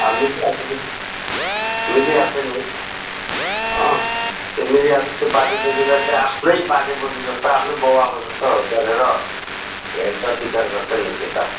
मिलिहाल्छ नि अँ त्यो मिलिहाल्छ त्यो बाजे बोजूलाई चाहिँ आफ्नै बाजे बोजू जस्तो आफ्नै बाउ आमा जस्तो गरेर हेर्छ विचार गर्छ नि त्यो त